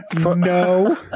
No